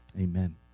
Amen